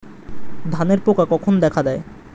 ধানের পোকা কখন দেখা দেয়?